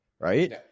right